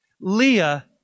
Leah